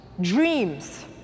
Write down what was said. dreams